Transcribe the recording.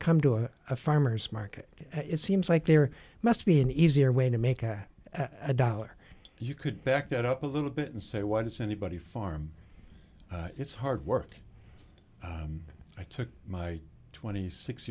come to a farmer's market it seems like there must be an easier way to make a dollar you could back that up a little bit and say why does anybody farm it's hard work i took my twenty six